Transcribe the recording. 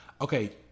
Okay